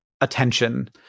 attention